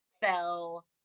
fell